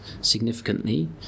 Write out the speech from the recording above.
significantly